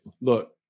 look